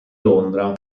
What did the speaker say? londra